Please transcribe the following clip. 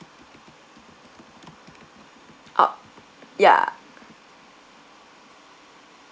orh ya